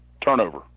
turnover